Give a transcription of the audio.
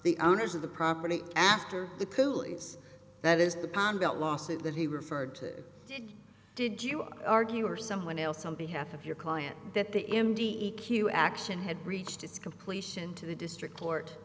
the owners of the property after the coolies that is the pond out lawsuit that he referred to did you argue or someone else on behalf of your client that the m d c e q action had reached its completion to the district court